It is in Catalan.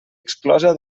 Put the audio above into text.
exclosa